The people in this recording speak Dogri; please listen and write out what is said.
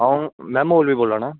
अंऊ में मौलवी बोल्ला ना